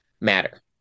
matter